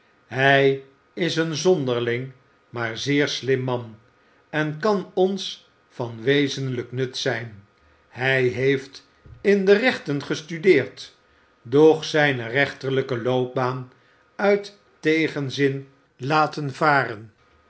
hij is een zonderling maar een zeer sim man en kan ons van wezenlijk nut zijn hij heeft in de rechten gestudeerd doch zijne rechterlijke loopbaan uit tegenzin laten varen